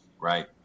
right